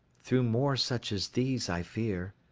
through more such as these, i fear.